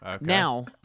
Now